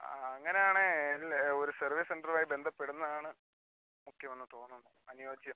ആ അങ്ങനെ ആണെങ്കിൽ അല്ല ഒരു സർവീസ് സെൻ്ററുവായി ബന്ധപ്പെടുന്നതാണ് മുഖ്യം എന്ന് തോന്നുന്നു അനുയോജ്യം